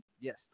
Yes